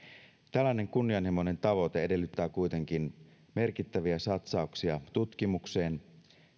tällainen kunnianhimoinen tavoite edellyttää kuitenkin merkittäviä satsauksia tutkimukseen